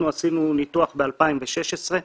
עשינו ניתוח ב-2016,